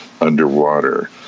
underwater